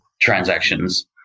transactions